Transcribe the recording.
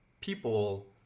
people